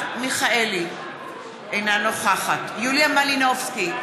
אינה נוכחת יוליה מלינובסקי,